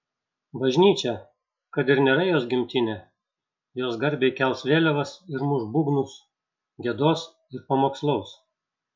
bažnyčia kad ir nėra jos gimtinė jos garbei kels vėliavas ir muš būgnus giedos ir pamokslaus